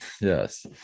Yes